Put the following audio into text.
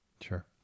Sure